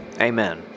Amen